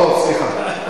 הרוב, סליחה.